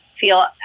feel